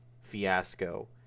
fiasco